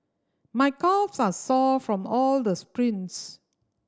my calves are sore from all the sprints